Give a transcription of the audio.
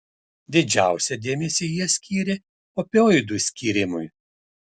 didžiausią dėmesį jie skyrė opioidų skyrimui